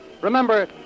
Remember